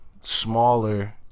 smaller